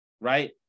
right